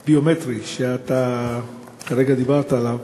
למאגר הביומטרי שאתה כרגע דיברת עליו,